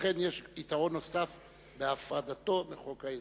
לכן יש יתרון נוסף להפרדתו מחוק ההסדרים.